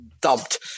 dumped